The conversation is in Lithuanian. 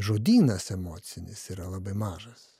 žodynas emocinis yra labai mažas